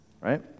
Right